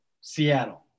Seattle